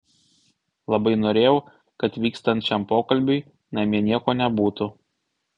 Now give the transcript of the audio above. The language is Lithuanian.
labai norėjau kad vykstant šiam pokalbiui namie nieko nebūtų